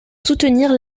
soutenir